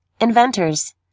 inventors